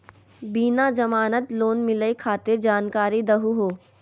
बिना जमानत लोन मिलई खातिर जानकारी दहु हो?